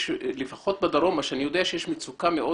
לפחות בדרום אני יודע שיש מצוקה מאוד